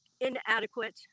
inadequate